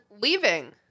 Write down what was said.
leaving